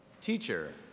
Teacher